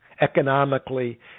economically